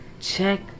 check